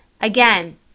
Again